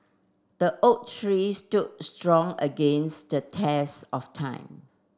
the oak tree stood strong against the test of time